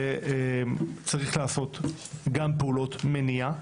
וצריך לעשות גם פעולות מניעה,